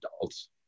adults